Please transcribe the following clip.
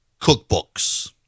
cookbooks